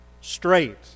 straight